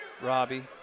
Robbie